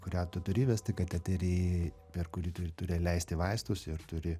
kurią tu turi įvesti kateterį per kurį turi leisti vaistus ir turi